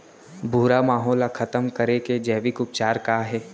भूरा माहो ला खतम करे के जैविक उपचार का हे?